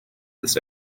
this